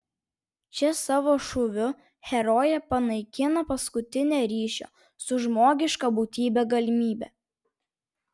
čia savo šūviu herojė panaikina paskutinę ryšio su žmogiška būtybe galimybę